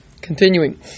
continuing